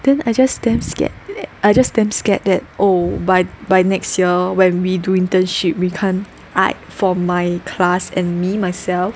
then I just damn scared I just damn scared that oh by by next year when we do internship we can't I for my class and me myself